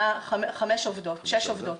שש עובדות.